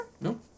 No